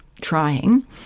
trying